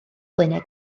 blaenau